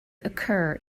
occur